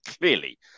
clearly